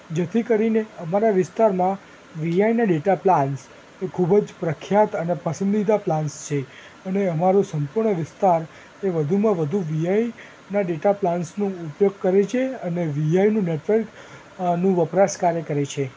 જેથી કરીને અમારા વિસ્તારમાં વીઆઈના ડેટા પ્લાન્સ એ ખૂબ જ પ્રખ્યાત અને પસંદીદા પ્લાન્સ છે અને અમારો સંપૂર્ણ વિસ્તાર એ વધુમાં વધુ વીઆઈના ડેટા પ્લાન્સનું ઉપયોગ કરે છે અને વીઆઈનું નેટવર્કનું વપરાશ કાર્ય કરે છે